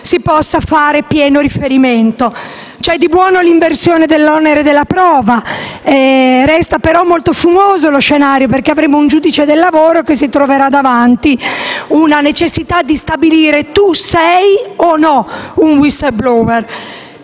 si possa fare pieno riferimento. C'è di buono l'inversione dell'onere della prova. Resta però molto fumoso lo scenario, perché avremo un giudice del lavoro che si troverà con la necessità di stabilire se la persona